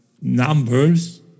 numbers